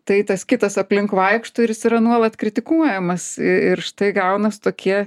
tai tas kitas aplink vaikšto ir jis yra nuolat kritikuojamas i ir štai gaunas tokie